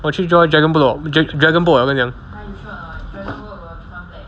我去 join dragon boat dragon boat 了跟你讲